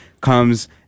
comes